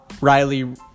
Riley